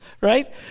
right